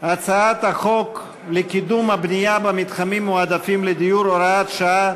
הצעת חוק לקידום הבנייה במתחמים מועדפים לדיור (הוראת שעה),